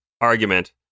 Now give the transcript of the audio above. argument